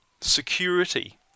security